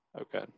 Okay